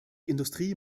industrie